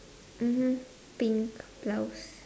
mmhmm pink blouse